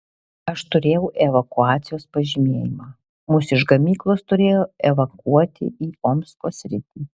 aš turėjau evakuacijos pažymėjimą mus iš gamyklos turėjo evakuoti į omsko sritį